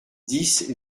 dix